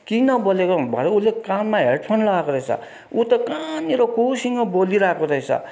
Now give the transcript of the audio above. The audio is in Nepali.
किन बोलेको भरे उसले कानमा हेड फोन लगाएको रहेछ ऊ त कहाँनेर कोसँग बोलिरहेको रहेछ